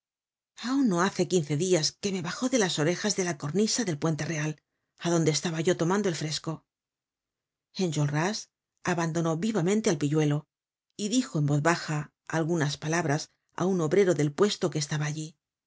aun no hace quince dias que me bajó de las orejas de la cornisa del puente real á donde estaba yo tomando el fresco enjolras abandonó vivamente al pilluelo y dijo en voz baja algunas palabras á un obrero del puesto que estaba allí